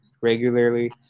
regularly